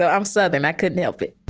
no answer there. i couldn't help it